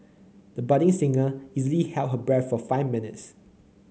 the budding singer easily held her breath for five minutes